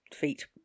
feet